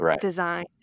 design